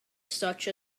such